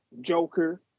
Joker